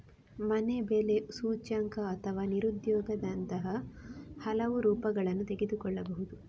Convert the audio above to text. ಮನೆ ಬೆಲೆ ಸೂಚ್ಯಂಕ ಅಥವಾ ನಿರುದ್ಯೋಗ ದರದಂತಹ ಹಲವು ರೂಪಗಳನ್ನು ತೆಗೆದುಕೊಳ್ಳಬಹುದು